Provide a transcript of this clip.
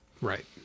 Right